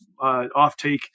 offtake